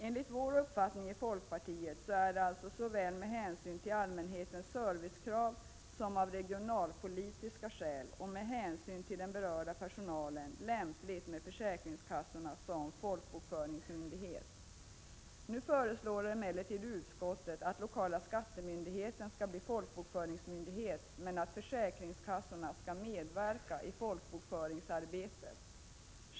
Enligt folkpartiets uppfattning är det alltså såväl med hänsyn till allmänhetens servicekrav som av regionalpolitiska skäl och med hänsyn till den berörda personalen lämpligt med försäkringskassorna som folkbokföringsmyndighet. Nu föreslår emellertid utskottet att lokala skattemyndigheten skall bli folkbokföringsmyndighet men att försäkringskassorna skall medverka i folkbokföringsarbetet.